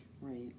Right